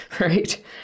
right